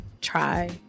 try